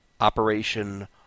Operation